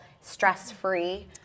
stress-free